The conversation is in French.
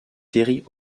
terry